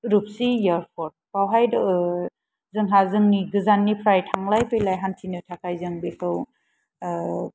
रुपसि airport बावहाय जोंहा जोंनि गोजाननिफ्राय थांलाय फैलाय हान्थिनो थाखाय जों बेखौ